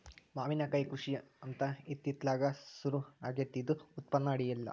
ಮಾವಿನಕಾಯಿ ಕೃಷಿ ಅಂತ ಇತ್ತಿತ್ತಲಾಗ ಸುರು ಆಗೆತ್ತಿ ಇದು ಉತ್ಪನ್ನ ಅಡಿಯಿಲ್ಲ